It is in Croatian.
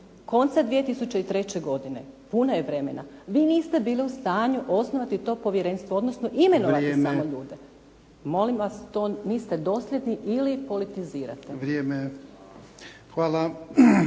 konca 2003. godine, puno je vremena. Vi niste bili u stanju osnovati to povjerenstvo, odnosno imenovati samo ljude. …/Upadica: Vrijeme!/… Molim vas to niste dosljedni ili politizirate.